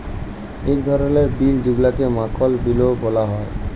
ইক ধরলের বিল যেগুলাকে মাখল বিলও ব্যলা হ্যয়